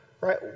right